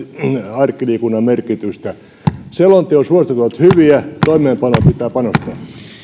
arkiliikunnan merkitystä selonteon suositukset ovat hyviä toimeenpanoon pitää panostaa